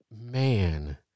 man